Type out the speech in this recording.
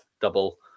double